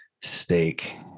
steak